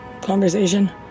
conversation